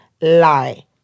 lie